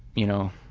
you know,